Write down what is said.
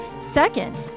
Second